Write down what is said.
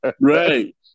Right